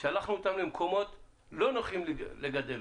שלחנו אותם למקומות לא נוחים לגדל,